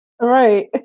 right